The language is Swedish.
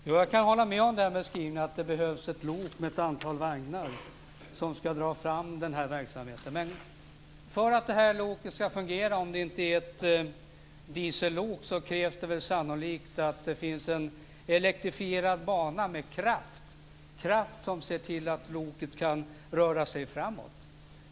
Fru talman! Jag kan instämma i beskrivningen att det behövs ett lok med ett antal vagnar som ska dra i gång dessa verksamheter. För att loket ska fungera - om det inte är ett diesellok - krävs det sannolikt en elektrifierad bana med kraft som gör att loket kan röra sig framåt.